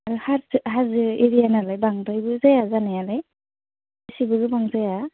आरो हाजो हाजो एरिया नालाय बांद्रायबो जाया जानायालाय एसेबो गोबां जाया